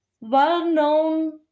well-known